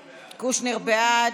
קושניר, בעד,